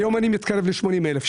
המספר היום מתקרב ל-80 אלף.